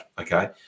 okay